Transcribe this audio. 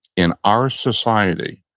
in our society,